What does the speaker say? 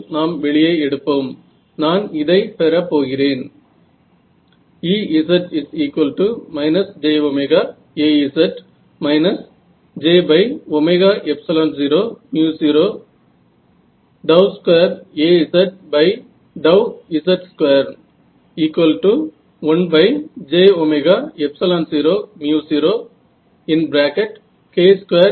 तर u मिळवणे म्हणजेच फॉरवर्ड प्रॉब्लेम सोडवणे आहे फॉरवर्ड प्रोब्लेम कोणत्याही पद्धतीने सोडवला जाऊ शकतो मी इथे लिहीलेल्या इनव्हर्स प्रॉब्लेम चे सूत्रीकरण मला इंटिग्रल इक्वेशन्स च्या सुत्रीकरणा वरून मिळालेले आहे